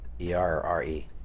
E-R-R-E